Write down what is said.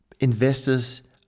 investors